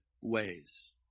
ways